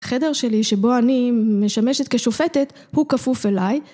חדר שלי שבו אני משמשת כשופטת הוא כפוף אליי